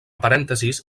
parèntesis